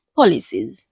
policies